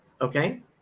Okay